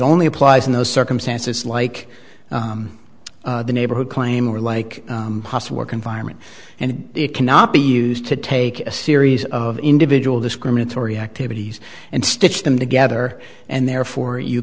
only applies in those circumstances like the neighborhood claim or like hostile work environment and it cannot be used to take a series of individual discriminatory activities and stitch them together and therefore you